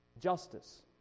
justice